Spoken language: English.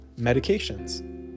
medications